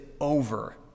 over